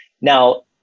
now